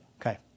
okay